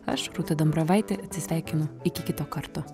aš rūta dambravaitė atsisveikinu iki kito karto